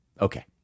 Okay